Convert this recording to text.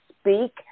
speak